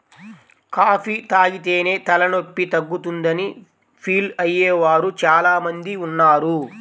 coffee తాగితేనే తలనొప్పి తగ్గుతుందని ఫీల్ అయ్యే వారు చాలా మంది ఉన్నారు